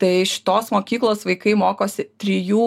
tai šitos mokyklos vaikai mokosi trijų